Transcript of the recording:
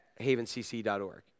havencc.org